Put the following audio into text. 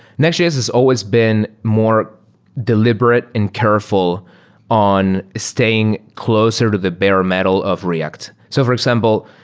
nextjs has always been more deliberate and careful on staying closer to the bare metal of react. so for example,